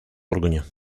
органе